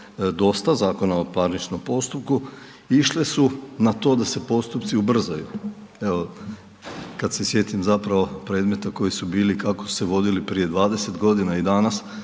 dosta Zakona o parničnom postupku išle su na to da se postupci ubrzaju, evo kad se sjetim zapravo predmeta koji su bili i kako su se vodili prije 20 godina i danas